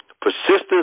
Persistence